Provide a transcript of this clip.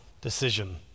decision